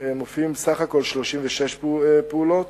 בסך הכול 36 פעולות,